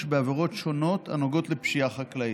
בעבירות שונות הנוגעות לפשיעה חקלאית.